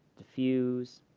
diffuse,